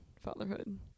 fatherhood